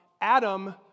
Adam